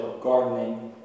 gardening